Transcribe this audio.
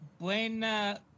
buena